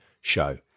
show